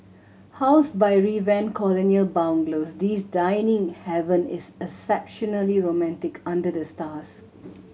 housed by revamped colonial bungalows this dining haven is exceptionally romantic under the stars